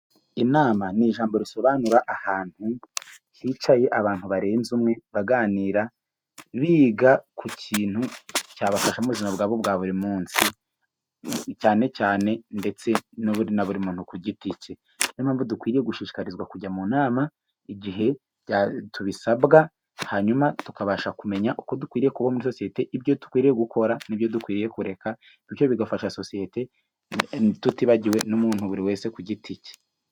Iinama ni ijambo risobanura ahantu hicaye abantu barenze umwe baganira, biga ku kintu cyabafasha mu buzima bwabo bwa buri munsi, cyane cyane ndetse na buri muntu ku giti ke, ni yo mpamvu dukwiye gushishirizwa kujya mu nama igihe tubisabwa, hanyuma tukabasha kumenya uko dukwiye kubona sosete, ibyo dukwiriye gukora, nibyo dukwiye kureka, bityo bigafasha sosete tutibagiwe n'umuntu buri wese ku giti ke.